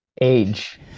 Age